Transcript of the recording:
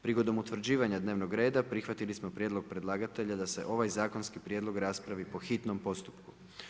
Prigodom utvrđivanja dnevnog reda, prihvatili smo prijedlog predlagatelja da se ovaj zakonski prijedlog raspravi po hitnom postupku.